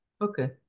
Okay